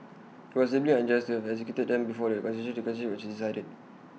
IT was deeply unjust to have executed them before the constitutional was decided